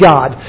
God